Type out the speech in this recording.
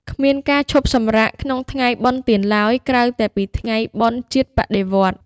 គ្មានការឈប់សម្រាកក្នុងថ្ងៃបុណ្យទានឡើយ ក្រៅតែពីថ្ងៃបុណ្យជាតិបដិវត្តន៍។